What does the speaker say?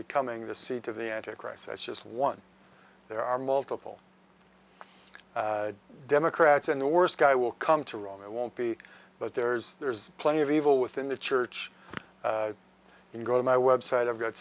becoming the seat of the anti christ as just one there are multiple democrats in the worst guy will come to rome it won't be but there's there's plenty of evil within the church can go to my website i've got